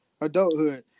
adulthood